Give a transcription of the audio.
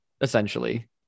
essentially